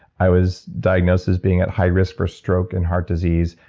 i was diagnosed as being at high risk for stroke and heart disease.